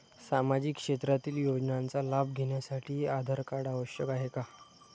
सामाजिक क्षेत्रातील योजनांचा लाभ घेण्यासाठी आधार कार्ड आवश्यक आहे का?